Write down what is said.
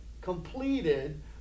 completed